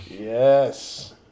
Yes